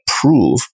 prove